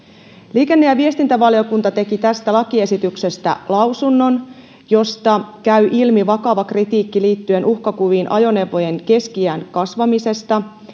liikenne ja viestintävaliokunta teki tästä lakiesityksestä lausunnon josta käy ilmi vakava kritiikki liittyen uhkakuviin ajoneuvojen keski iän kasvamisesta